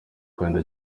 kandi